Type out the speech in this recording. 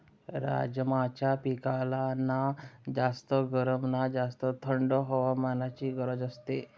राजमाच्या पिकाला ना जास्त गरम ना जास्त थंड हवामानाची गरज असते